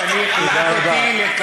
אתה עברת את הזמן.